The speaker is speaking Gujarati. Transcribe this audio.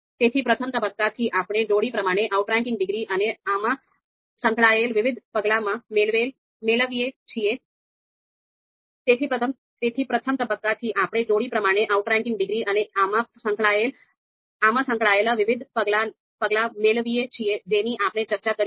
તેથી પ્રથમ તબક્કાથી આપણે જોડી પ્રમાણે આઉટરેન્કિંગ ડિગ્રી અને આમાં સંકળાયેલા વિવિધ પગલાં મેળવીએ છીએ જેની આપણે ચર્ચા કરી છે